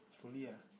slowly ah